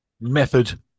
method